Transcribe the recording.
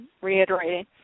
reiterating